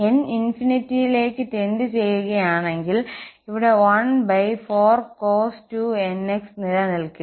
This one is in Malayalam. n ∞ ലേക്ക് ടെൻറ് ചെയ്യുകയാണെങ്കിൽ ഇവിടെ 14cos 2nx നിലനിൽക്കില്ല